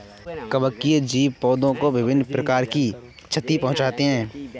कवकीय जीव पौधों को विभिन्न प्रकार की क्षति पहुँचाते हैं